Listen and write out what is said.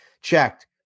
checked